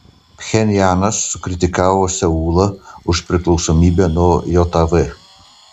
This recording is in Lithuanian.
pchenjanas sukritikavo seulą už priklausomybę nuo jav